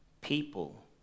people